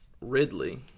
Ridley